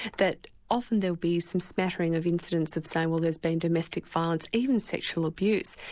that often there'll be some smattering of incidents of saying well there's been domestic violent, even sexual abuse,